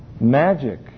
Magic